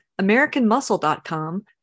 AmericanMuscle.com